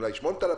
אולי 8,000